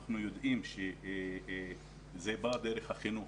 אנחנו יודעים שזה בא דרך החינוך.